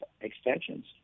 extensions